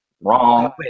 Wrong